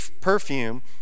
perfume